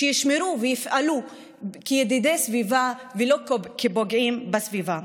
שישמרו ויפעלו כידידי סביבה ולא כפוגעים בסביבה.